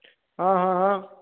હ હ હ